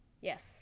Yes